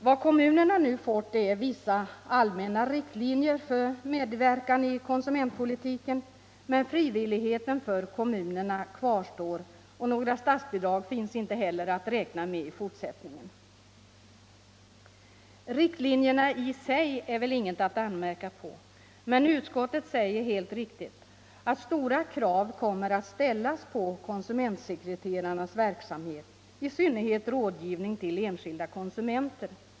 Vad kommunerna nu fått är vissa allmänna riktlinjer för medverkan i konsumentpolitiken, men frivilligheten för kommunerna kvarstår och några statsbidrag finns inte heller i fortsättningen att räkna med. Riktlinjerna i sig är det väl inget att anmärka på, men utskottet säger helt riktigt: ”Stora krav kommer att ställas på konsumentsekreterarnas verksamhet —- i synnerhet rådgivning till enskilda konsumenter.